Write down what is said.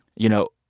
you know,